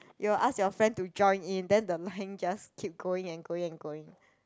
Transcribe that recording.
you'll ask your friend to join in then the line just keep going and going and going